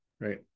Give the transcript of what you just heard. Right